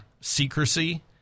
secrecy